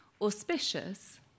auspicious